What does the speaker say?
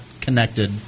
connected